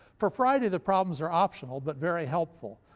for friday the problems are optional but very helpful.